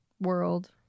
world